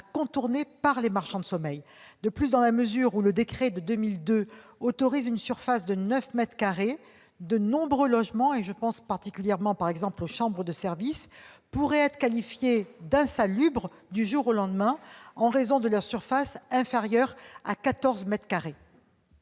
contourner par les marchands de sommeil. De plus, dans la mesure où le décret de 2002 autorise une surface de 9 mètres carrés, de nombreux logements- je pense, par exemple, aux chambres de service -pourraient être qualifiés d'insalubres du jour au lendemain, en raison de leur surface inférieure à 14 mètres carrés.